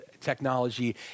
technology